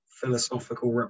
philosophical